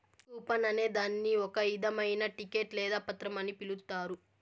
coupon అనే దాన్ని ఒక ఇధమైన టికెట్ లేదా పత్రం అని పిలుత్తారు